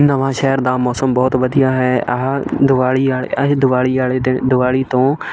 ਨਵਾਂਸ਼ਹਿਰ ਦਾ ਮੌਸਮ ਬਹੁਤ ਵਧੀਆ ਹੈ ਆਹ ਦੀਵਾਲੀ ਵਾਲੇ ਇਹ ਦੀਵਾਲੀ ਵਾਲੇ ਦਿਨ ਦੀਵਾਲੀ ਤੋਂ